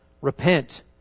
Repent